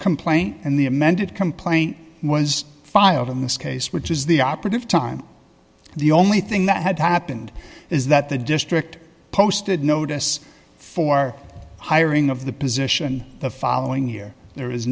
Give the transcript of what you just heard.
complaint and the amended complaint was filed in this case which is the operative time the only thing that had happened is that the district posted notice for hiring of the position the following year there